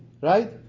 Right